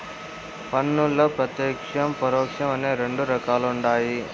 పన్నుల్ల ప్రత్యేక్షం, పరోక్షం అని రెండు రకాలుండాయి